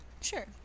sure